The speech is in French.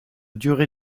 durée